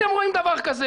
אתם רואים דבר כזה